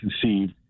conceived